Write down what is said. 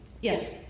Yes